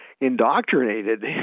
indoctrinated